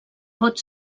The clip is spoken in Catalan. pot